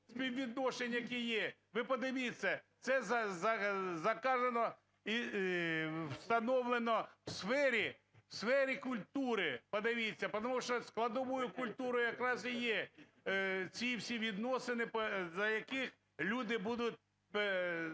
співвідношень, які є. Ви подивіться, це заказано і встановлено в сфері, в сфері культури, подивіться, потому что складовою культури якраз і є ці всі відносини, за яких люди будуть